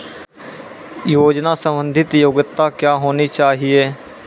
योजना संबंधित योग्यता क्या होनी चाहिए?